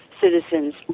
citizens